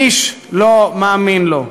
איש לא מאמין לו,